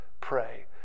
pray